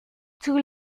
tout